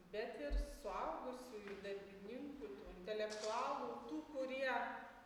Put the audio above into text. bet ir suaugusiųjų darbibinkų tų intelektualų tų kurie